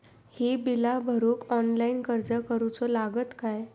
ही बीला भरूक ऑनलाइन अर्ज करूचो लागत काय?